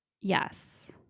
Yes